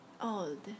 old